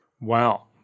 Wow